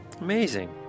amazing